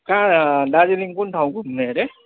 कहाँ दार्जिलिङ कुन ठाउँ घुम्ने अरे